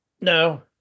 No